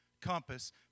compass